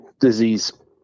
disease